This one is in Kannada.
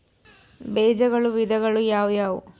ಬೇಜಗಳ ವಿಧಗಳು ಯಾವುವು?